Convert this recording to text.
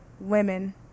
women